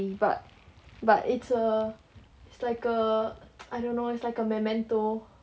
but but it's a it's like a I don't know it's like a memento